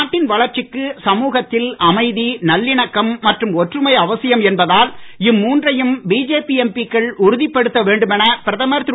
நாட்டின் வளர்ச்சிக்கு சமுகத்தில் அமைதி நல்லிணக்கம் மற்றும் ஒற்றுமை அவசியம் என்பதால் இம் மூன்றையும் பிஜேபி எம்பிக்கள் உறுதிப்படுத்த வேண்டும் என பிரதமர் திரு